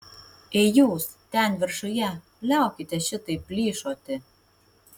ei jūs ten viršuje liaukitės šitaip plyšoti